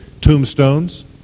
tombstones